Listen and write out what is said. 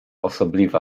osobliwa